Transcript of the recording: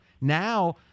Now